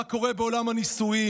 מה קורה בעולם הנישואים?